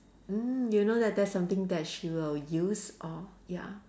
mm you know that that's something that she will use or ya